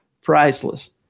Priceless